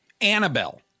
Annabelle